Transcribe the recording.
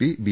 P B